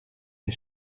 des